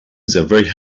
very